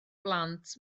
blant